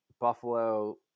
Buffalo